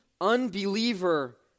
unbeliever